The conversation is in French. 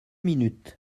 minutes